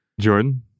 Jordan